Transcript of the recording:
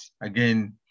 again